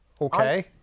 okay